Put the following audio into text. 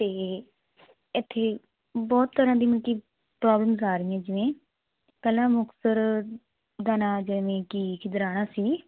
ਤੇ ਇਥੇ ਬਹੁਤ ਤਰਾਂ ਦੀ ਮਲਕੀ ਪ੍ਰੋਬਲਮ ਆ ਰਹੀ ਹ ਜਿਵੇਂ ਪਹਿਲਾ ਮੁਕਤਸਰ ਦਾ ਨਾਂ ਜਿਵੇਂ ਕੀ ਖਿਦਰਾਣਾ ਸੀ